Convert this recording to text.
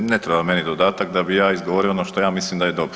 Ne treba meni dodatak da bih ja izgovorio ono što ja mislim da je dobro.